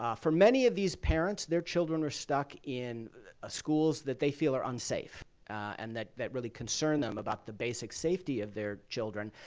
um for many of these parents, their children are stuck in ah schools that they feel are unsafe and that that really concern them about the basic safety of their children.